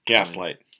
Gaslight